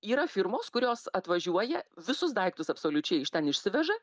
yra firmos kurios atvažiuoja visus daiktus absoliučiai iš ten išsiveža